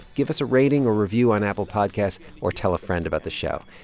give us a rating or review on apple podcasts or tell a friend about the show.